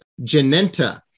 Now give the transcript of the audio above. Genenta